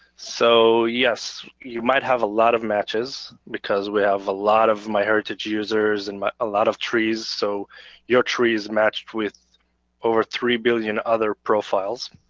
so yes, you might have a lot of matches, because we have a lot of myheritage users and a lot of trees. so your tree is matched with over three billion other profiles.